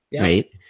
right